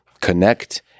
connect